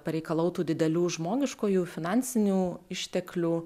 pareikalautų didelių žmogiškųjų finansinių išteklių